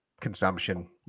Consumption